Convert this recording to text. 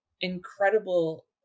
incredible